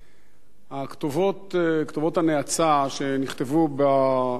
הכתובות, כתובות הנאצה שנכתבו ביישוב נווה-שלום,